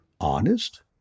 Honest